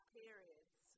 periods